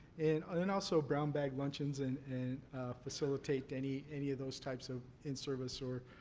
and and and also brown bag lunches and and facilitate any any of those types of in-service or